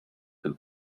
who